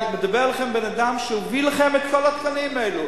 מדבר אליכם בן-אדם שהביא לכם את כל התקנים האלה.